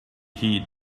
heed